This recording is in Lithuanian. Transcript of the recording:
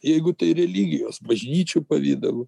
jeigu tai religijos bažnyčių pavidalu